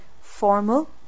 formal